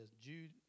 Jude